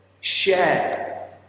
share